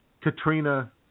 Katrina